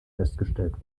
festgestellt